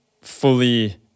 fully